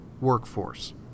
workforce